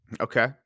Okay